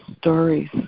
stories